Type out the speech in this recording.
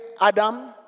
Adam